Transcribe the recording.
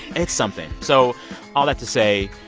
it's something so all that to say,